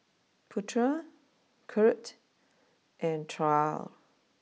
Petra Kurt and Trae